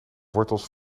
wortels